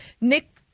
Nick